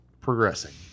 progressing